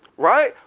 right?